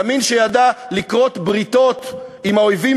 ימין שידע לכרות בריתות עם האויבים